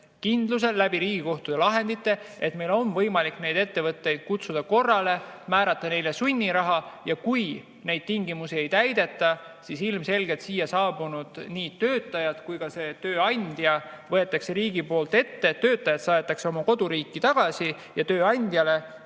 kindluse läbi Riigikohtu lahendite, et meil on võimalik neid ettevõtteid kutsuda korrale, määrata neile sunniraha. Ja kui neid tingimusi ei täideta, siis ilmselgelt võetakse nii siia saabunud töötajad kui ka tööandja riigi poolt ette, töötajad saadetakse oma koduriiki tagasi ja tööandjale tehakse